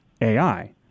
AI